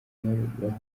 baba